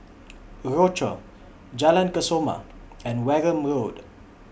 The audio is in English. Rochor Jalan Kesoma and Wareham Road